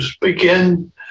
begin